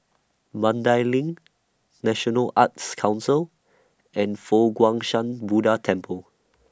Mandai LINK National Arts Council and Fo Guang Shan Buddha Temple